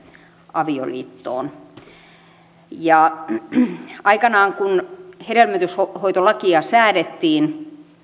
avioliittoon aikanaan kun hedelmöityshoitolakia säädettiin